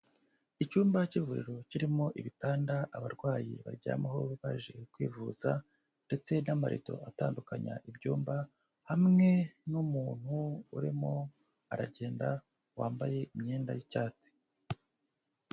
Icyumba cy'ivuriro kirimo ibitanda abarwayi baryamaho baje kwivuza ndetse n'amarido atandukanya ibyumba, hamwe n'umuntu urimo aragenda wambaye imyenda y'icyatsi.